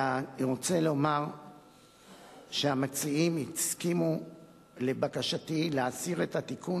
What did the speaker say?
אני רוצה לומר שהמציעים הסכימו לבקשתי להסיר את התיקון